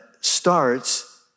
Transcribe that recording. starts